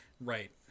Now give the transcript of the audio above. right